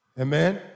Amen